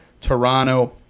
Toronto